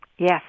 Yes